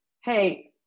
hey